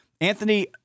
Anthony